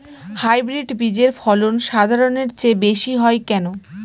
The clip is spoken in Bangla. হাইব্রিড বীজের ফলন সাধারণের চেয়ে বেশী হয় কেনো?